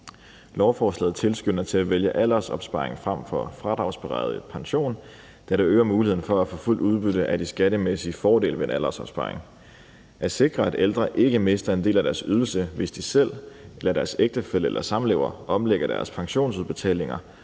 Lovforslaget tilskynder til at vælge af aldersopsparing frem for fradragsberettiget pension, da det øger muligheden for at få fuldt udbytte af de skattemæssige fordele ved en aldersopsparing. At sikre, at ældre ikke mister en del af deres ydelse, hvis de selv eller deres ægtefælle eller samlever omlægger deres pensionsudbetalinger,